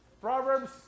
Proverbs